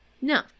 No